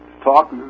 talk